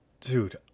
Dude